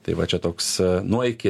tai va čia toks nuo iki